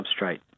substrate